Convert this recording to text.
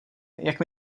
jak